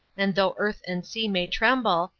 and though earth and sea may tremble,